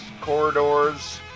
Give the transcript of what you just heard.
Corridors